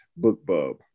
BookBub